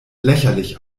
lächerlich